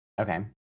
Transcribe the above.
Okay